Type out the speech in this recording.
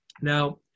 Now